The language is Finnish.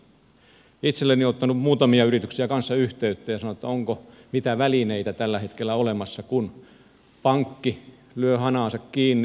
itseeni on ottanut muutamia yrityksiä kanssa yhteyttä ja kysynyt onko mitä välineitä tällä hetkellä olemassa kun pankki lyö hanaansa kiinni